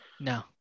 No